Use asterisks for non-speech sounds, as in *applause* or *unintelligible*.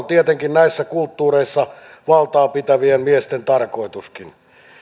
*unintelligible* tietenkin näissä kulttuureissa valtaa pitävien miesten tarkoituskin